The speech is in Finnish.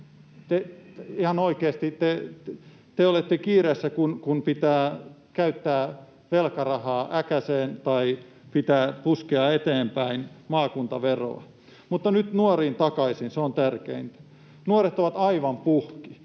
te olette kiireessä, kun pitää käyttää velkarahaa äkäseen tai pitää puskea eteenpäin maakuntaveroa. Mutta nyt nuoriin takaisin, se on tärkeintä. Nuoret ovat aivan puhki.